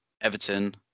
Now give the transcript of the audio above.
Everton